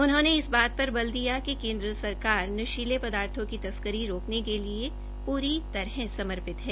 उन्होंने इस बात पर बल दिया कि केन्द्र सरकार नशीले पदार्थों की तस्करी रोकने के लिए पूरी तरह समर्पित है